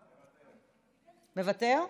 מוותר?